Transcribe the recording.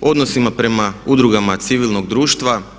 o odnosima prema Udrugama civilnog društva.